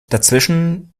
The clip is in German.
dazwischen